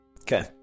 Okay